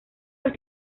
los